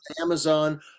Amazon